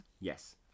yes